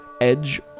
edge